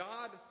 God